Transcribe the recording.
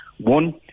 One